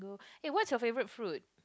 eh what's your favourite fruit